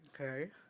Okay